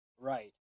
Right